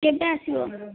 କେବେ ଆସିବ